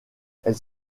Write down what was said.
elle